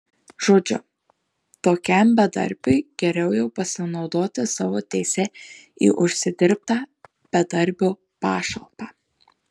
žodžiu tokiam bedarbiui geriau jau pasinaudoti savo teise į užsidirbtą bedarbio pašalpą